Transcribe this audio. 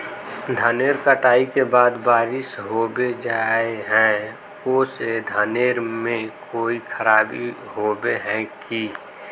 धानेर कटाई के बाद बारिश होबे जाए है ओ से धानेर में कोई खराबी होबे है की?